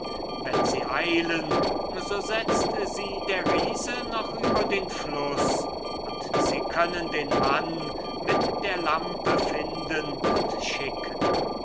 wenn sie eilen so setzt sie der riese noch über den fluß und sie können den mann mit der lampe finden und schicken